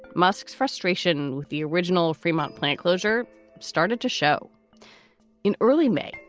musk's frustration with the original fremont plant closure started to show in early may.